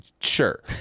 Sure